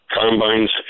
combines